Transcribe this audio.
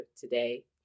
today